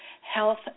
health